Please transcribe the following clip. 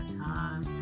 time